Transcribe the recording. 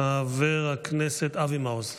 חבר הכנסת אבי מעוז,